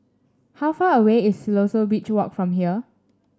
how far away is Siloso Beach Walk from here